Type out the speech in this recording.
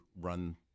run